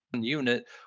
unit